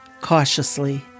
cautiously